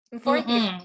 Fourth